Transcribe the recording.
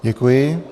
Děkuji.